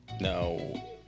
No